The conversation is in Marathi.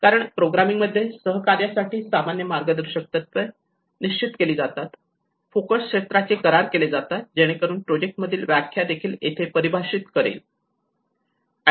कारण प्रोग्रामिंग मध्ये सहकार्यासाठी सामान्य मार्गदर्शक तत्त्वे आणि तत्त्वे निश्चित केली जातात फोकस क्षेत्राचे करार केले जातात जेणेकरून ते प्रोजेक्ट मधील व्याख्या देखील परिभाषित करेल